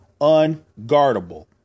unguardable